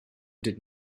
did